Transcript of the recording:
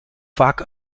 vaak